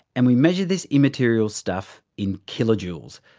and we measure this immaterial stuff in kilojoules,